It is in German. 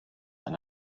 ein